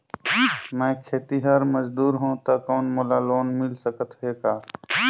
मैं खेतिहर मजदूर हों ता कौन मोला लोन मिल सकत हे का?